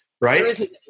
Right